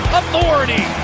authority